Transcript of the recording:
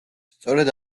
სწორედ